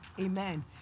Amen